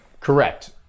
correct